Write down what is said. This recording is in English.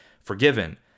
forgiven